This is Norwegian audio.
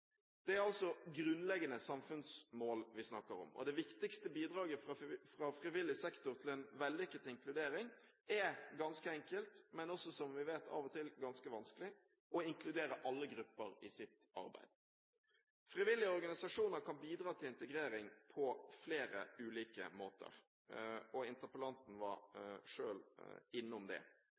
Det er altså grunnleggende samfunnsmål vi snakker om, Det viktigste bidraget fra frivillig sektor til en vellykket inkludering er ganske enkelt – men også, som vi vet, av og til ganske vanskelig – å inkludere alle grupper i sitt arbeid. Frivillige organisasjoner kan bidra til integrering på flere ulike måter, og interpellanten var selv innom det.